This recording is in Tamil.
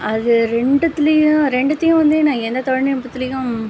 அது ரெண்டுத்திலயும் ரெண்டுத்தையும் வந்து நான் எந்த தொழில்நுட்பத்திலயும்